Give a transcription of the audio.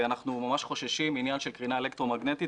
ואנחנו ממש חוששים מקרינה אלקטרומגנטית,